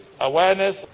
awareness